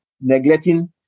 neglecting